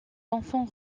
enfants